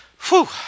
Whew